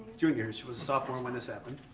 junior, she was a sophomore when this happened.